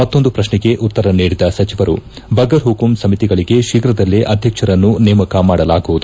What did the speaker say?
ಮತ್ತೊಂದು ಪ್ರಶ್ನೆಗೆ ಉತ್ತರ ನೀಡಿದ ಸಚಿವರು ಬಗರ್ ಹುಕುಂ ಸಮಿತಿಗಳಿಗೆ ಶೀಘ್ರದಲ್ಲೇ ಅಧ್ಯಕ್ಷರನ್ನು ನೇಮಕ ಮಾಡಲಾಗುವುದು